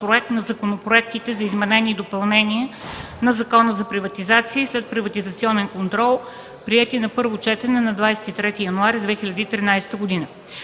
на законопроектите за изменение и допълнение на Закона за приватизацията и следприватизационен контрол, приети на първо четене на 23 януари 2013 г.